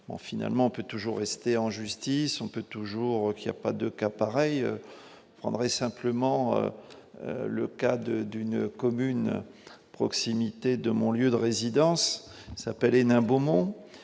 finalement peu toujours rester en justice, on peut toujours qu'il y a pas de cas pareil André simplement le cas de d'une commune à proximité de mon lieu de résidence s'appelle Hénin-Beaumont